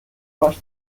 fast